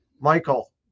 Michael